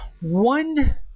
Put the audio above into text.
One